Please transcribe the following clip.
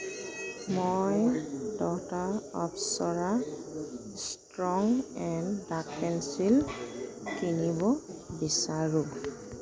মই দহটা Apsara strong and dark pencil কিনিব বিচাৰোঁ